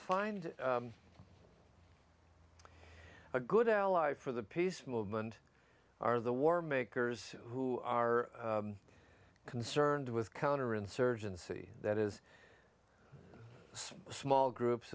find a good ally for the peace movement are the war makers who are concerned with counterinsurgency that is so small groups